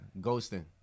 ghosting